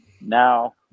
Now